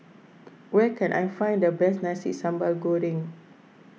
where can I find the best Nasi Sambal Goreng